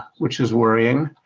which is worrying.